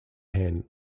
hand